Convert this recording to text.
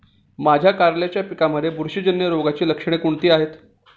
माझ्या कारल्याच्या पिकामध्ये बुरशीजन्य रोगाची लक्षणे कोणती आहेत?